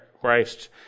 Christ